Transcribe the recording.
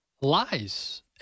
lies